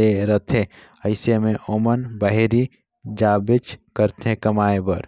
ले रहथे अइसे में ओमन बाहिरे जाबेच करथे कमाए बर